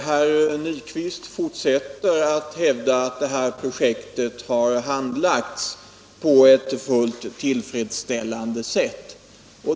Herr talman! Herr Nyquist fortsätter att hävda att projektet Stålverk 80 har handlagts på ett fullt tillfredsställande sätt.